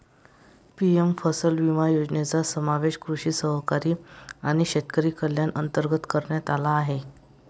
PM फसल विमा योजनेचा समावेश कृषी सहकारी आणि शेतकरी कल्याण अंतर्गत करण्यात आला आहे